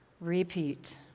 Repeat